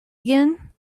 again